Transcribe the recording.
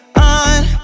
on